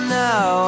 now